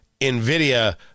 NVIDIA